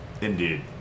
Indeed